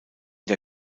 der